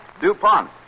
DuPont